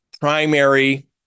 primary